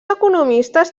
economistes